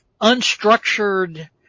unstructured